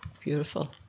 Beautiful